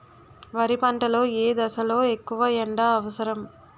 వరి పంట లో ఏ దశ లొ ఎక్కువ ఎండా అవసరం?